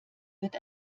wird